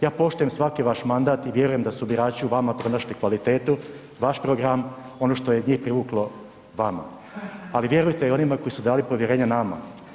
Ja poštujem svaki vaš mandat i vjerujem da su birači u vama pronašli kvalitetu, vaš program ono što je njih privuklo vama, ali vjerujete i onima koji su dali povjerenje nama.